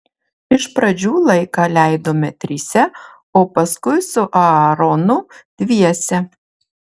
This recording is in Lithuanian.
iš pradžių laiką leidome trise o paskui su aaronu dviese